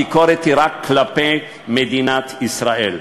הביקורת היא רק כלפי מדינת ישראל.